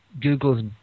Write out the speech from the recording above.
Google's